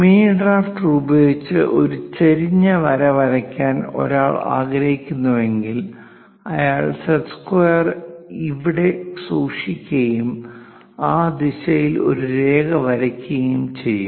mini drafter ഉപയോഗിച്ച് ഒരു ചെരിഞ്ഞ വര വരയ്ക്കാൻ ഒരാൾ ആഗ്രഹിക്കുന്നുവെങ്കിൽ അയാൾ സെറ്റ് സ്ക്വയർ ഇവിടെ സൂക്ഷിക്കുകയും ആ ദിശയിൽ ഒരു രേഖ വരയ്ക്കുകയും ചെയ്യും